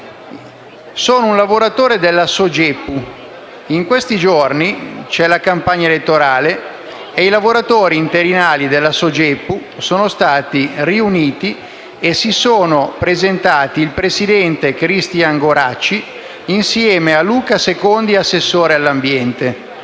«Sono un lavoratore della Sogepu. In questi giorni c’è la campagna elettorale e i lavoratori interinali della Sogepu sono stati riuniti e si sono presentati il presidente Cristian Goracci insieme a Luca Secondi, assessore all’ambiente.